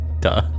Duh